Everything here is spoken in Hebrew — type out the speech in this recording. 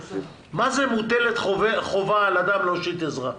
מה זה מוטלת חובה על אדם להושיט עזרה?